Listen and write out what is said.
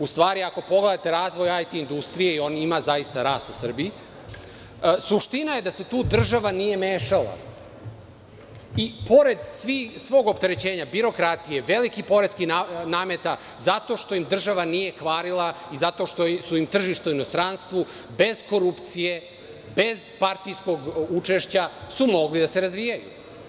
U stvari ako pogledate razvoje IT industrije, on zaista ima rast u Srbiji, suština je da se tu država nije mešala i pored svog opterećenja birokratije, velikih poreskih nameta, zato što im država nije kvarila i zato što su im tržišta u inostranstvu, bez korupcije, bez partijskog učešća su mogli da se razvijaju.